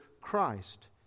Christ